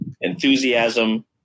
enthusiasm